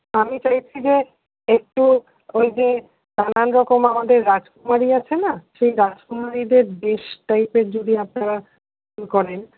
আমি চাইছি যে একটু ওই যে নানান রকম আমাদের রাজকুমারী আছে না সেই রাজকুমারীদের দেশ টাইপের যদি আপনারা যদি করেন